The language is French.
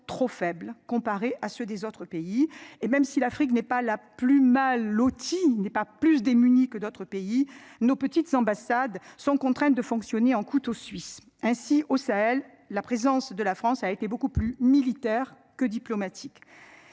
trop faibles comparés à ceux des autres pays et même si l'Afrique n'est pas la plus mal lotie n'est pas plus démunis que d'autres pays, nos petites ambassades sont contraintes de fonctionner en couteau suisse ainsi au Sahel, la présence de la France a été beaucoup plus militaire que diplomatique